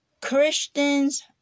christians